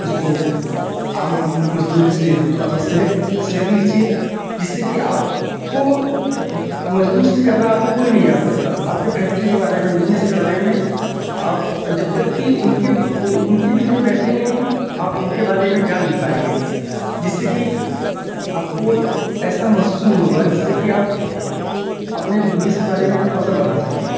उसको आम मज़दूर से थोड़ा सा सेयर सेयर लीजिए जिससे कि आपको मज़दूर से ज़्यादा आपको कोई नहीं जान सकता आपके फैक्ट्री के बारे में बिजनेस के बारे में आप जब तक कि उनके उन उनके बीच में बैठेंगे नहीं आप उनके बारे में जान नहीं पाएँगे जिससे कि आपको ऐसा महसूस नहीं होगा जिससे कि आप अपने बिजनेस के बारे में थोड़ा सा बढ़ा सकें